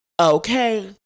Okay